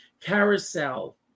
Carousel